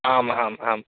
आम् आम् आम्